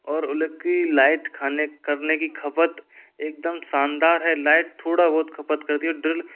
और की लाइट खाने करने की खपत एकदम शानदार है लाइट थोड़ा बहुत खपत करती है ड्रिल